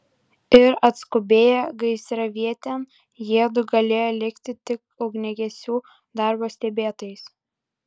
ir atskubėję gaisravietėn jiedu galėjo likti tik ugniagesių darbo stebėtojais